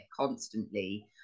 constantly